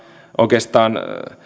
oikeastaan